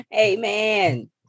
amen